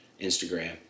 Instagram